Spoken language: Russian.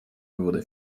вывода